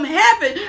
heaven